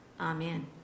Amen